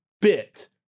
bit